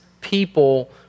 people